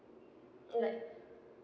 like